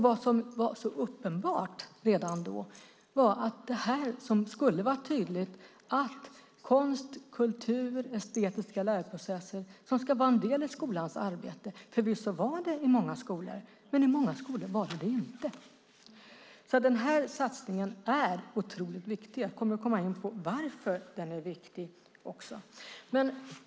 Vad som var uppenbart redan då var att det här som ska vara tydligt, det vill säga att konst, kultur, estetiska lärprocesser ska vara en del i skolans arbete, förvisso var det så i många skolor, men i många skolor var det det inte. Den här satsningen är alltså otroligt viktig. Jag kommer att komma in på varför den är viktig också.